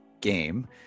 game